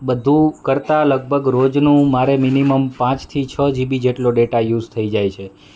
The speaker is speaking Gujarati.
બધું કરતાં લગભગ રોજનું મારે મિનિમમ પાંચ થી છ જીબી જેટલો ડેટા યુઝ થઈ જાય છે